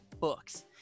books